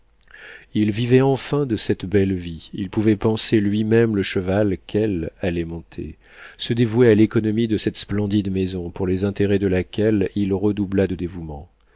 il vivait enfin de cette belle vie il pouvait panser lui-même le cheval qu'elle allait monter se dévouer à l'économie de cette splendide maison pour les intérêts de laquelle il redoubla de dévouement